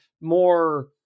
more